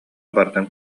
барытын